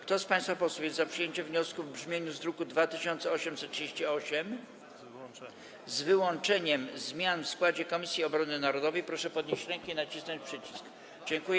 Kto z państwa posłów jest za przyjęciem wniosku w brzmieniu z druku nr 2838, z wyłączeniem zmian w składzie Komisji Obrony Narodowej, proszę podnieść rękę i nacisnąć przycisk.